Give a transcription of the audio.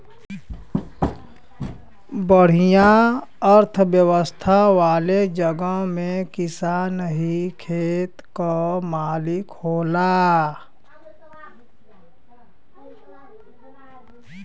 बढ़िया अर्थव्यवस्था वाले जगह में किसान ही खेत क मालिक होला